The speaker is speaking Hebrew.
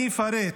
אני אפרט: